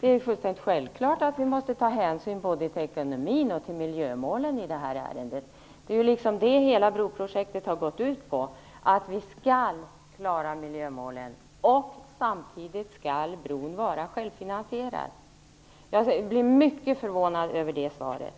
Det är fullständigt självklart att vi måste ta hänsyn både till ekonomin och till miljömålen i det här ärendet. Det är ju det hela broprojektet har gått ut på: att vi skall klara miljömålen, samtidigt som bron skall vara självfinansierad. Jag blir mycket förvånad över det svaret.